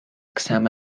exam